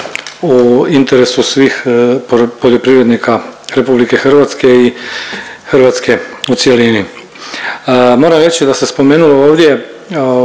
u interesu svih poljoprivrednika RH i Hrvatske u cjelini. Moram reći da se spomenulo ovdje